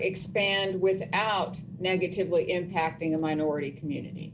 expand without negatively impacting a minority community